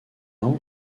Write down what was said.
haut